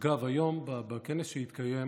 אגב, היום בכנס שהתקיים